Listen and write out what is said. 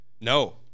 No